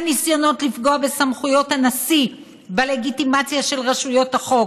הניסיונות לפגוע בסמכויות הנשיא בלגיטימציה של רשויות החוק,